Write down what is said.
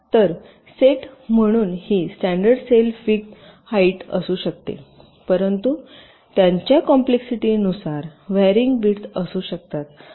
तर सेट म्हणून ही स्टॅंडर्ड सेल फिक्स हाईटची असू शकतात परंतु त्यांच्या कॉम्प्लेक्ससिटीनुसार व्हॅरियिंग विड्थ असू शकतात